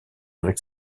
avec